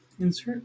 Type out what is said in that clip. insert